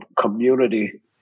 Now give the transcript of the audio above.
community